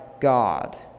God